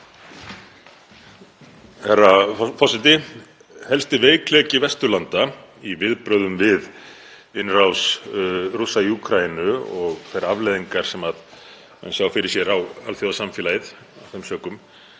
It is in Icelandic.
Herra forseti. Helsti veikleiki Vesturlanda í viðbrögðum við innrás Rússa í Úkraínu og þeim afleiðingum sem menn sjá fyrir sér á alþjóðasamfélagið af þeim sökum,